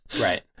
Right